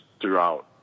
throughout